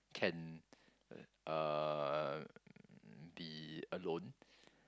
can uh be alone